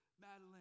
Madeline